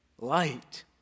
Light